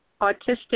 autistic